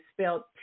spelled